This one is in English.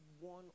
one